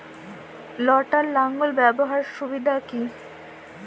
লটার লাঙ্গল ব্যবহারের সুবিধা কি?